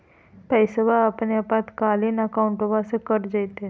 पैस्वा अपने आपातकालीन अकाउंटबा से कट जयते?